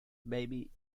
baby